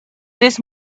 this